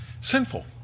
sinful